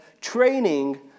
Training